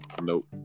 Nope